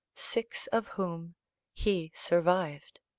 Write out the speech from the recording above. six of whom he survived.